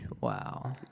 Wow